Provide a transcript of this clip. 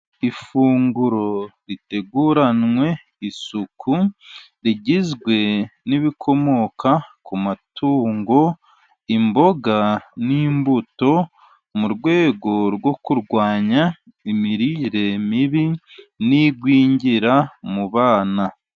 Ifunguro riteguranwe isuku, rigizwe n'ibikomoka ku matungo, imboga n'imbuto, mu rwego rwo kurwanya imirire mibi, n'igwingira mu bana.